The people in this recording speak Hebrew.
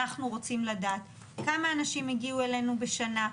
אנחנו רוצים לדעת כמה אנשים הגיעו אלינו בשנה,